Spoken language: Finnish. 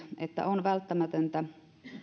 että on välttämätöntä